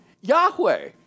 Yahweh